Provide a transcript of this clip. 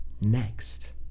next